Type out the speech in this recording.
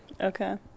Okay